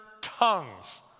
tongues